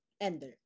ender